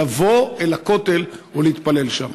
לבוא אל הכותל ולהתפלל שם.